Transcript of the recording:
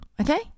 Okay